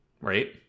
right